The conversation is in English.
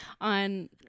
On